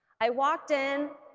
i walked in,